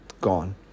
gone